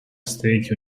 state